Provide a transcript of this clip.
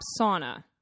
sauna